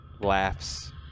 laughs